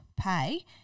pay